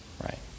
right